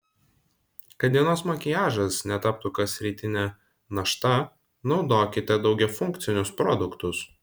kad dienos makiažas netaptų kasrytine našta naudokite daugiafunkcius produktus